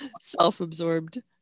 self-absorbed